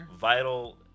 vital